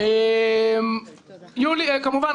כמובן,